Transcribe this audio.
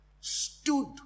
stood